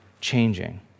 changing